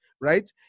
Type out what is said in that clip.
right